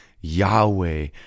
Yahweh